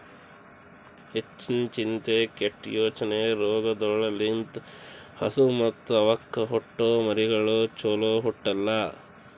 ಹೆಚ್ಚಿನ ಚಿಂತೆ, ಕೆಟ್ಟ ಯೋಚನೆ ರೋಗಗೊಳ್ ಲಿಂತ್ ಹಸು ಮತ್ತ್ ಅವಕ್ಕ ಹುಟ್ಟೊ ಮರಿಗಳು ಚೊಲೋ ಹುಟ್ಟಲ್ಲ